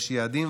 יש יעדים,